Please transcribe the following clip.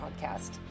podcast